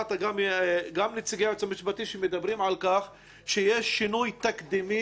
נציגי היועץ המשפטי שמדברים על כך שיש שינוי תקדימי